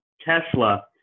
Tesla